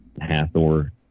Hathor